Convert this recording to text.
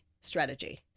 strategy